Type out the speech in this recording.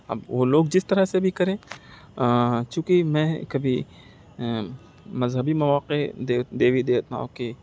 اب وہ لوگ جس طرح سے بھی کریں چوں کہ میں کبھی مذہبی مواقع دیوی دیوتاؤں کے